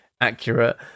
accurate